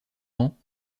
ans